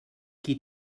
qui